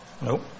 Nope